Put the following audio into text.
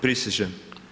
Prisežem.